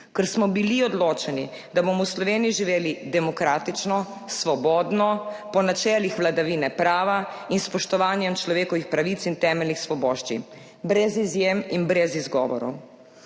ker smo bili odločeni, da bomo v Sloveniji živeli demokratično, svobodno, po načelih vladavine prava in s spoštovanjem človekovih pravic in temeljnih svoboščin brez izjem in brez izgovorov.